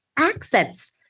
Accents